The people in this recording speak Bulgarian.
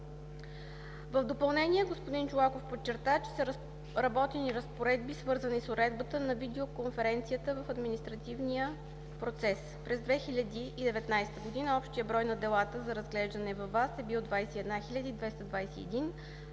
В допълнение господин Чолаков подчерта, че са разработени разпоредби, свързани с уредбата на видеоконференцията в административния процес. През 2019 г. общият брой на делата за разглеждане във ВАС е бил 21 221, а